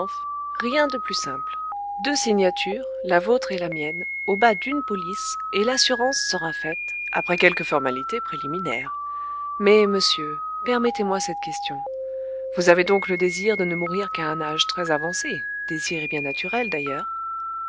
rien de plus simple deux signatures la vôtre et la mienne au bas d'une police et l'assurance sera faite après quelques formalités préliminaires mais monsieur permettez-moi cette question vous avez donc le désir de ne mourir qu'à un âge très avancé désir bien naturel d'ailleurs